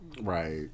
Right